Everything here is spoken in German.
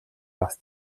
was